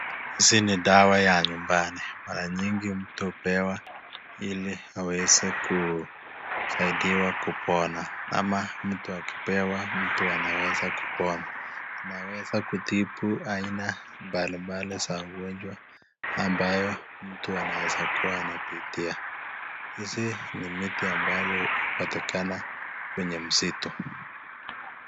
Hizi ni dawa ya nyumbani mara nyingi mtu hupewa ili aweze kusaidiwa kupona, ama mtu akipewa mtu anaweza kupona. Anaweza kutibu aina mbalimbali za ugonjwa ambayo mtu anaweza kuwa anapitia. Hizi ni miti ambazo hupatikana kwenye msitu.